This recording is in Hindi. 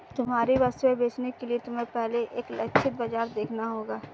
तुम्हारी वस्तुएं बेचने के लिए तुम्हें पहले एक लक्षित बाजार देखना होगा